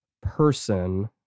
person